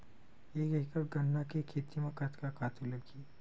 एक एकड़ गन्ना के खेती म कतका खातु लगही?